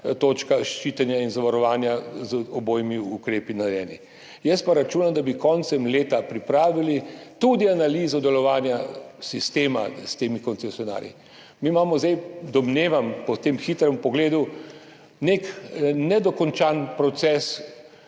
točka ščitenja in zavarovanja z ukrepi, ki so narejeni. Jaz računam, da bi s koncem leta pripravili tudi analizo delovanja sistema s temi koncesionarji. Mi imamo zdaj, to domnevam po tem hitrem pogledu, nek nedokončan proces